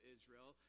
Israel